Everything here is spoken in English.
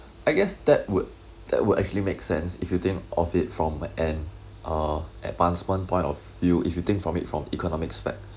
I guess that would that would actually make sense if you think of it from an uh advancement point of view if you take from it from economics